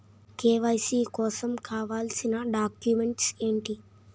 KYC కోసం కావాల్సిన documents ఎంటి?